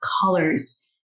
colors